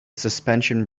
suspension